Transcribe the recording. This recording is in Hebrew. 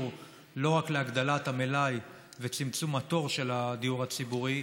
לא רק להגדלת המלאי וצמצום התור של הדיור הציבורי,